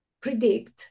predict